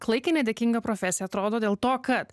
klaikiai nedėkinga profesija atrodo dėl to kad